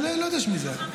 לא יודע של מי זה.